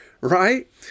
right